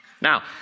Now